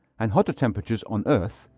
and hotter temperatures on earth,